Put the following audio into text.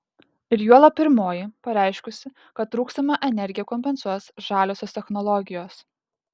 ir juolab pirmoji pareiškusi kad trūkstamą energiją kompensuos žaliosios technologijos